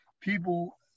people